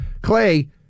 Clay